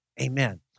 Amen